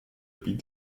beat